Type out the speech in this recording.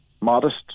modest